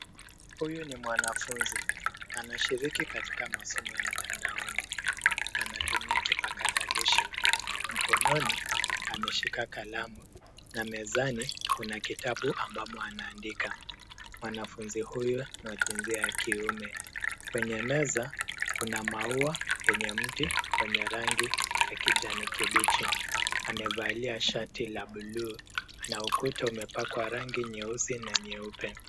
Huyu ni mwanafunzi. Anashiriki katika masomo ya mtandaoni. Anatumia kipakatalishi. Mkononi ameshika kalamu na mezani kuna kitabu ambamo anaandika. Mwanafunzi huyu ni wa jinsia ya kiume. Kwenye meza kuna maua yenye mti wenye rangi ya kijani kibichi. Amevalia shati la bluu na ukuta umepakwa rangi nyeusi na nyeupe.